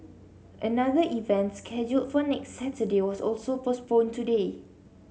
another events scheduled for next Saturday was also postponed today